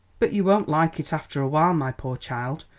but you won't like it after a while, my poor child,